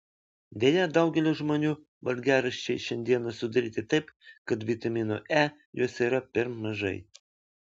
deja daugelio žmonių valgiaraščiai šiandieną sudaryti taip kad vitamino e juose yra per mažai